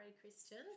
Christian